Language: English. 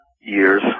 years